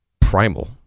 primal